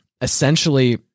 essentially